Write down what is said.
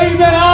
Amen